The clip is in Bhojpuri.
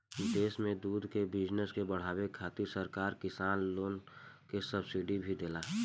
देश में दूध के बिजनस के बाढ़ावे खातिर सरकार किसान लोग के सब्सिडी भी देला